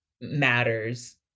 matters